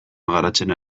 garatzen